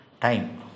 time